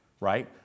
Right